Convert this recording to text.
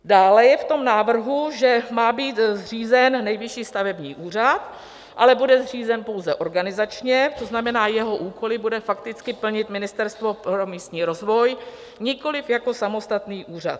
Dále je v tom návrhu, že má být zřízen Nejvyšší stavební úřad, ale bude zřízen pouze organizačně, to znamená, jeho úkoly bude fakticky plnit Ministerstvo pro místní rozvoj, nikoliv samostatný úřad.